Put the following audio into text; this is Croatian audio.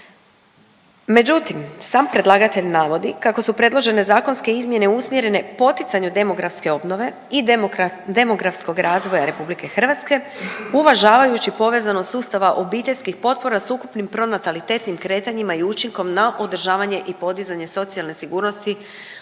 Međutim, sam predlagatelj navodi kako su predložene zakonske izmjene usmjerene poticanju demografske obnove i demografskog razvoja RH uvažavajući povezanost sustava obiteljskih potpora s ukupnim pronatalitetnim kretanjima i učinkom na održavanje i podizanje socijalne sigurnosti